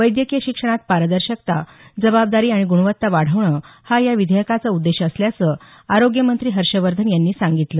वैद्यकीय शिक्षणात पारदर्शकता जबाबदारी आणि गुणवत्ता वाढवणं हा या विधेयकाचा उद्देश असल्याचं आरोग्य मंत्री हर्षवर्धन यांनी सांगितलं